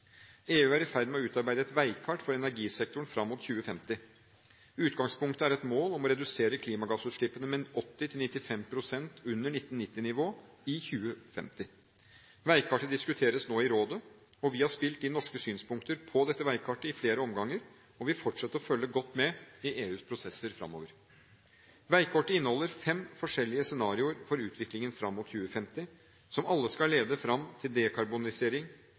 EU er i ferd med å utarbeide et veikart for energisektoren fram mot 2050. Utgangspunktet er et mål om å redusere klimagassutslippene med 80–95 pst. under 1990-nivå i 2050. Veikartet diskuteres nå i Rådet. Vi har spilt inn norske synspunkter på dette veikartet i flere omganger og vil fortsette å følge godt med i EUs prosesser fremover. Veikartet inneholder fem forskjellige scenarioer for utviklingen fram mot 2050, som alle skal lede fram til dekarbonisering